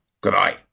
Goodbye